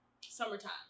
Summertime